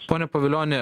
pone pavilioni